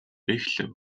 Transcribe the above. эхлэв